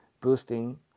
boosting